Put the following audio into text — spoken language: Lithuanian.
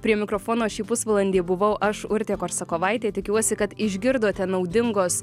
prie mikrofono šį pusvalandį buvau aš urtė korsakovaitė tikiuosi kad išgirdote naudingos